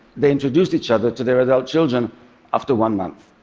they introduced each other to their adult children after one month,